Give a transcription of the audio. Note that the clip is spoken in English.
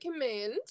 recommend